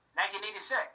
1986